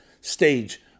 stage